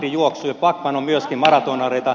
backman on myöskin maratoonareita